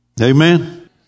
Amen